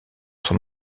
son